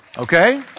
Okay